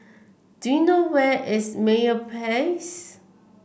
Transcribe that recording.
do you know where is Meyer Place